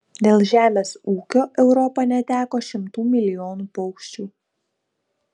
dėl žemės ūkio europa neteko šimtų milijonų paukščių